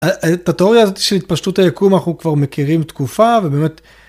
התיאוריה הזאת של התפשטות היקום אנחנו כבר מכירים תקופה ובאמת